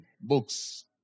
Books